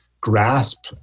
grasp